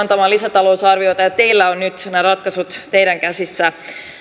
antamaa lisätalousarviota ja teillä on nyt nämä ratkaisut käsissänne